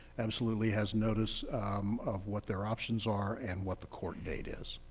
absolutely has notice of what their options are, and what the court date is.